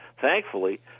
Thankfully